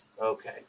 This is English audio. okay